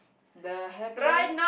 the happiest